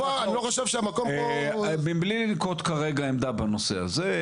אני לא חושב שהמקום פה --- מבלי לנקוט כרגע עמדה בנושא הזה,